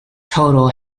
total